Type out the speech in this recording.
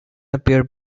appear